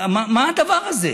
מה הדבר הזה?